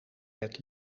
bed